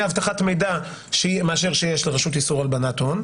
אבטחת מידע מאשר יש לרשות לאיסור הלבנת הון.